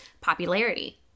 popularity